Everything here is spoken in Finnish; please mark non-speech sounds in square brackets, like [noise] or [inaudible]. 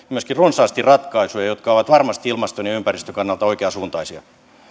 [unintelligible] myöskin runsaasti ratkaisuja jotka ovat varmasti ilmaston ja ja ympäristön kannalta oikeasuuntaisia